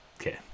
Okay